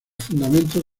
fundamentos